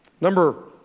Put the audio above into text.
Number